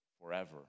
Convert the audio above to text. forever